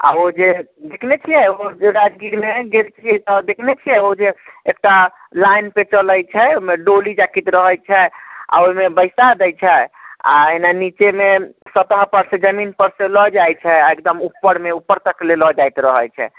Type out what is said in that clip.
आ ओ जे देखले छियै ओ जे राजगीरमे गेल छियै तऽ देखने छियै ओ जे एकटा लाइन पे चलैत छै ओहिमे डोली जकित रहैत छै आ ओहिमे बैसा दय छै आ एना नीचेमे सतह पर से जमीन पर से लऽ जाइत छै आ एकदम ऊपरमे ऊपर तक ले लऽ जाइत रहैत छै